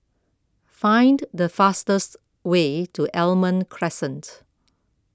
find the fastest way to Almond Crescent